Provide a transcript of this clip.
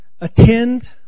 Attend